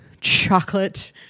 chocolate